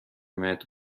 متر